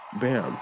bam